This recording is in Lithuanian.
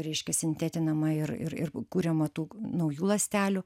reiškia sintetinama ir ir ir kuriama tų naujų ląstelių